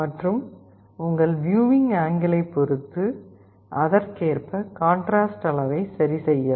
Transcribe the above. மற்றும் உங்கள் வியூவிங் ஆங்கிளைப் பொறுத்து அதற்கேற்ப காண்ட்ராஸ்ட் அளவை சரிசெய்யலாம்